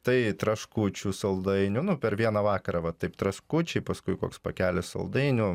tai traškučių saldainių nu per vieną vakarą va taip traškučiai paskui koks pakelis saldainių